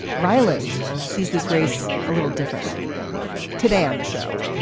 rylance sees this race a little differently today on the show.